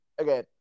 okay